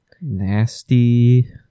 Nasty